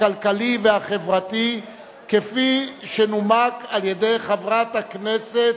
הכלכלי והחברתי", כפי שנומקה על-ידי חברת הכנסת